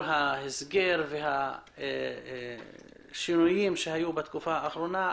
ההסגר והשינויים שהיו בתקופה האחרונה,